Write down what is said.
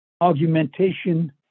argumentation